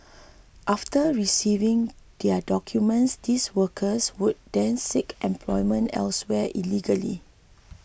after receiving their documents these workers would then seek employment elsewhere illegally